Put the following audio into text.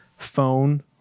Phone